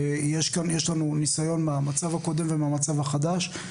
ויש לנו ניסיון מהמצב הקודם ומהמצב החדש.